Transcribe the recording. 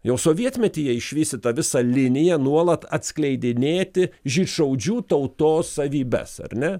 jau sovietmetyje išvystyta visa linija nuolat atskleidinėti žydšaudžių tautos savybes ar ne